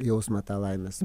jausmą tą laimės